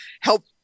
help